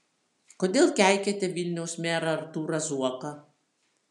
kodėl keikiate vilniaus merą artūrą zuoką